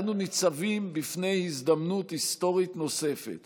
אנו ניצבים בפני הזדמנות היסטורית נוספת